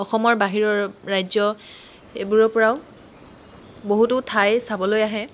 অসমৰ বাহিৰৰ ৰাজ্য এইবোৰৰ পৰাও বহুতো ঠাই চাবলৈ আহে